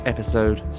Episode